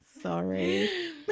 Sorry